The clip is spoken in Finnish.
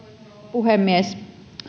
puhemies